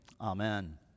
amen